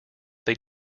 they